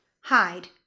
Hide